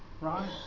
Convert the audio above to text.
Right